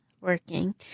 working